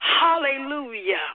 Hallelujah